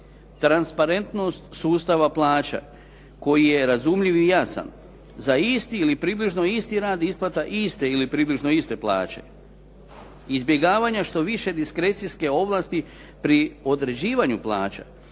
transparentnost sustava plaća koji je razumljiv i jasan, za isti ili približno isti rad isplata iste ili približno iste plaće, izbjegavanja što više diskrecijske ovlasti pri određivanju plaća,